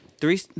Three